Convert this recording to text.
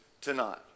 tonight